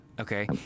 Okay